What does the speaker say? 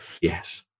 Yes